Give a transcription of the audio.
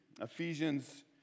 Ephesians